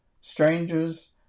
strangers